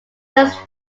just